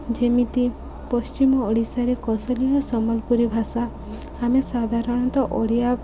ଯେମିତି ପଶ୍ଚିମ ଓଡ଼ିଶାରେ କୋଶଲି ଓ ସମ୍ବଲପୁରୀ ଭାଷା ଆମେ ସାଧାରଣତଃ ଓଡ଼ିଆ